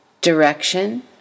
direction